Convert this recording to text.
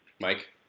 Mike